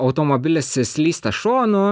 automobilis slysta šonu